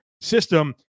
system